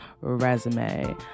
Resume